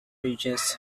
bridges